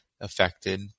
affected